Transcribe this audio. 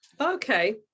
Okay